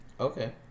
Okay